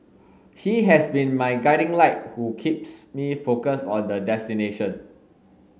he has been my guiding light who keeps me focused on the destination